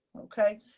Okay